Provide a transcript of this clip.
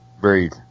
breathe